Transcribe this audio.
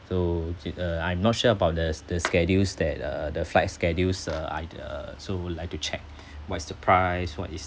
so j~ uh I'm not sure about the the schedules that uh the flight schedules uh either so would like to check what is the price what is